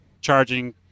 charging